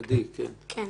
עדי, בבקשה.